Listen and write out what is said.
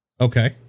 Okay